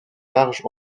large